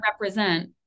represent